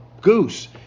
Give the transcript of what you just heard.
goose